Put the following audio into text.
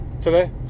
today